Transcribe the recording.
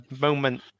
moment